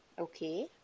Okay